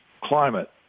climate